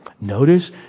notice